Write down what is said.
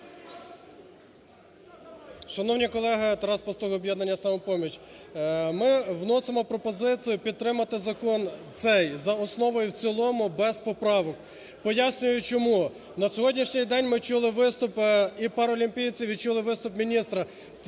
Шановні колеги! Тарас Пастух, "Об'єднання "Самопоміч". Ми вносимо пропозицію підтримати Закон цей за основу і в цілому без поправок. Пояснюю, чому. На сьогоднішній день ми чули виступи і параолімпійців, і чули виступ міністра.